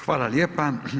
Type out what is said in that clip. Hvala lijepa.